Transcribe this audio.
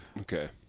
Okay